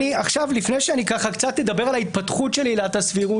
לפני שאני אדבר קצת על ההתפתחות של עילת הסבירות,